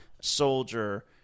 Soldier